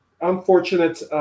unfortunate